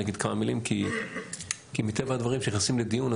אגיד כמה מילים כי מטבע הדברים כשנכנסים לדיון,